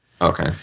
Okay